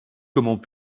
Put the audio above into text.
comment